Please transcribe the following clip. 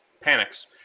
panics